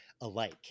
alike